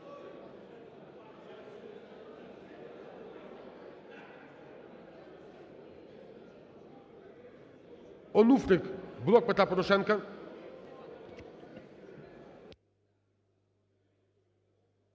Онуфрик, "Блок Петра Порошенка".